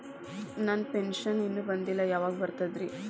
ನನ್ನ ಪೆನ್ಶನ್ ಇನ್ನೂ ಬಂದಿಲ್ಲ ಯಾವಾಗ ಬರ್ತದ್ರಿ?